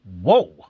Whoa